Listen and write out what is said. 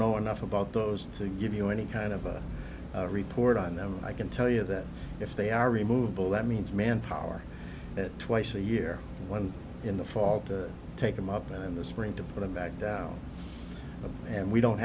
know enough about those to give you any kind of a report on them i can tell you that if they are removeable that means manpower at twice a year one in the fall to take them up in the spring to put them back down and we don't